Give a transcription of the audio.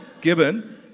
given